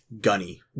Gunny